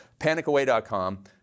PanicAway.com